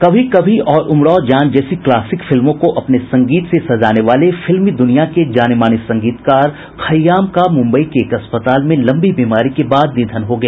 कभी कभी और उमराव जान जैसी क्लासिक फिल्मों को अपने संगीत से सजाने वाले फिल्मी द्रनिया के जाने माने संगीतकार खय्याम का मूम्बई के एक अस्पताल में लंबी बीमारी के बाद निधन हो गया